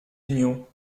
unions